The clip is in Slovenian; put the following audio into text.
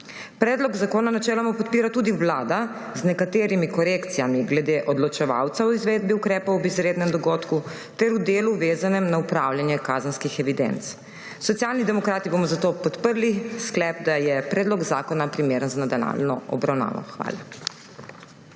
Predlog zakona načeloma podpira tudi Vlada, z nekaterimi korekcijami glede odločevalca o izvedbi ukrepov ob izrednem dogodku ter v delu, vezanem na upravljanje kazenskih evidenc. Socialni demokrati bomo zato podprli sklep, da je predlog zakona primeren za nadaljnjo obravnavo. Hvala.